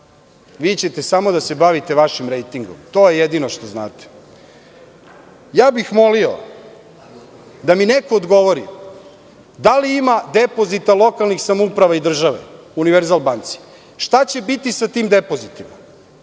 Vi ćete samo da se bavite vašim rejtingom. To je jedino što znate. Ja bih molio da mi neko odgovori - da li ima depozita lokalnih samouprava i države „Univerzal banci“? Šta će biti sa tim depozitima?